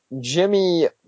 Jimmy